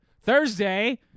Thursday